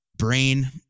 brain